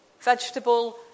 vegetable